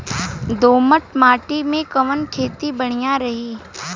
दोमट माटी में कवन खेती बढ़िया रही?